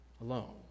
alone